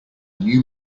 new